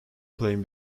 plain